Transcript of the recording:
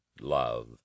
love